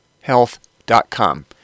health.com